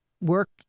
work